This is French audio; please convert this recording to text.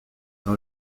dans